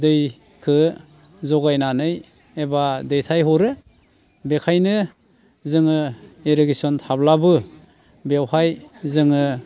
दैखो जगायनानै एबा दैथायहरो बेनिखायनो जोङो इरिगेसन थाब्लाबो बेवहाय जोङो